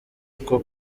uko